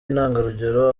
intangarugero